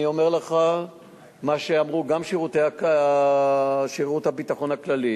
אני אומר לך מה שאמרו, גם שירות הביטחון הכללי